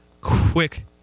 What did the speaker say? quick